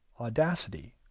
audacity